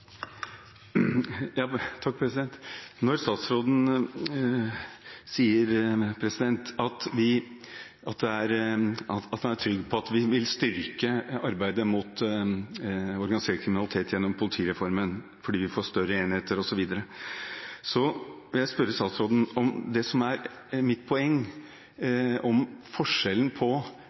trygg på at vi vil styrke arbeidet mot organisert kriminalitet gjennom politireformen fordi vi får større enheter, osv., må jeg si: Det som er mitt poeng er forskjellen på